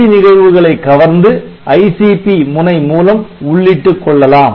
வெளி நிகழ்வுகளை கவர்ந்து ICP முனை மூலம் உள்ளிட்டுக் கொள்ளலாம்